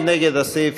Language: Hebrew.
מי נגד הסעיפים?